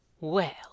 Well